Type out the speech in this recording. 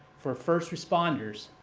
for first responders,